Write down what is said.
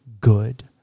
good